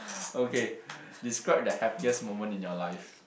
okay describe the happiest moment in your life